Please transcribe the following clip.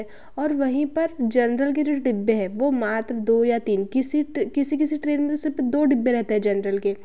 और वहीं पर जनरल के जो डब्बे हैं वे मात्र दो या तीन किसी ट किसी किसी ट्रेन में सिर्फ़ दो डब्बे रहते हैं जेनरल के